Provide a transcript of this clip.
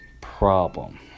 problem